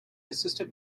assistant